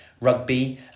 Rugby